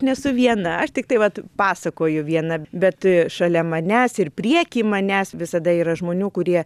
nesu viena aš tiktai vat pasakoju viena bet šalia manęs ir prieky manęs visada yra žmonių kurie